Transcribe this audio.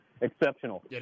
exceptional